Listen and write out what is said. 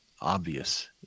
obvious